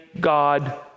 God